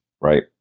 Right